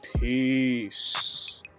Peace